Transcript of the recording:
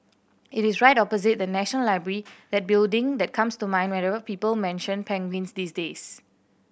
it is right opposite the National Library that building that comes to mind whenever people mention penguins these days